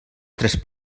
tres